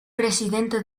presidente